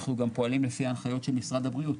גם פועלים לפי ההנחיות של משרד הבריאות.